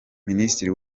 ministri